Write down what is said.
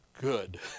good